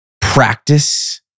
practice